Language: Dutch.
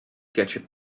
ketchup